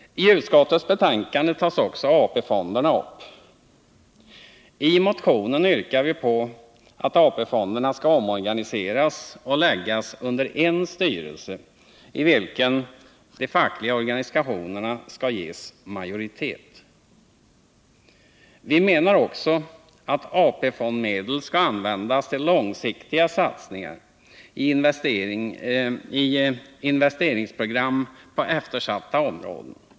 I utskottsbetänkandet tas också AP-fonderna upp. I motionen yrkar vi på att AP-fonderna skall omorganiseras och läggas under en styrelse, i vilken de fackliga organisationerna skall ges majoritet. Vi menar också att AP fondsmedel skall användas till långsiktiga satsningar i investeringsprogram på eftersatta områden.